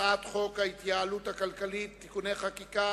הצעת חוק ההתייעלות הכלכלית (תיקוני חקיקה